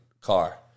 car